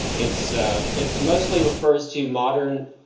it so it mostly refers to modern,